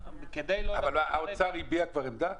האוצר כבר הביע עמדה?